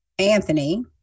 Anthony